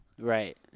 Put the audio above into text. Right